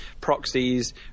proxies